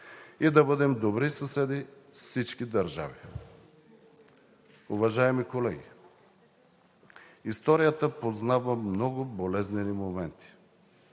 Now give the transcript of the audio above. и да бъдем добри съседи с всички държави. Уважаеми колеги, историята познава много болезнени моменти.